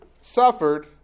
suffered